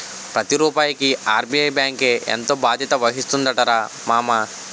ప్రతి రూపాయికి ఆర్.బి.ఐ బాంకే ఎంతో బాధ్యత వహిస్తుందటరా మామా